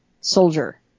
soldier